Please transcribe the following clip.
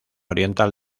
oriental